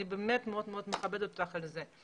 אני באמת מאוד מאוד מכבדת אותך על זה.